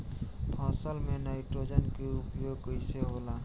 फसल में नाइट्रोजन के उपयोग कइसे होला?